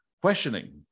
questioning